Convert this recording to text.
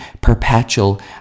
perpetual